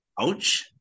Ouch